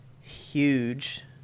huge